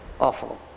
awful